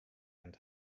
and